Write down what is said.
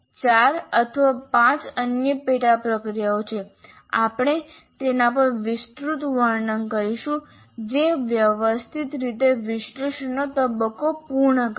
4 અથવા 5 અન્ય પેટા પ્રક્રિયાઓ છે આપણે તેના પર વિસ્તૃત વર્ણન કરીશું જે વ્યવસ્થિત રીતે વિશ્લેષણનો તબક્કો પૂર્ણ કરે છે